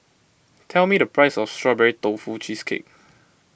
tell me the price of Strawberry Tofu Cheesecake